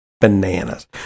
Bananas